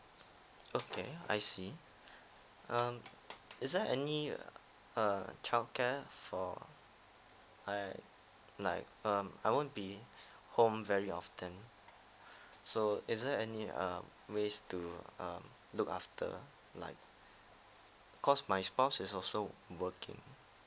okay I see um is there any err childcare for like like um I won't be home very often so is there any uh ways to um look after like cause my spouse is also working